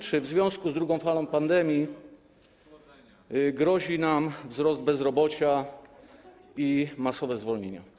Czy w związku z drugą falą pandemii grożą nam wzrost bezrobocia i masowe zwolnienia?